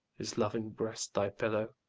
his loving breast thy pillow